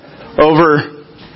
over